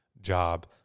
job